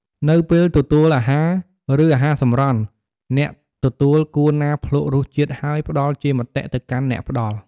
នៅពេលទទួលអាហារ ឬអាហារសម្រន់ អ្នកទទួលគួរណាភ្លួករសជាតិហើយផ្តល់ជាមតិទៅកាន់អ្នកផ្តល់។